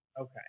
Okay